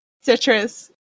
citrus